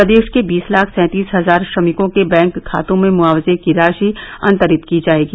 प्रदेश के बीस लाख सैंतीस हजार श्रमिकों के बैंक खातों में मुआवजे की राशि अन्तरित की जायेगी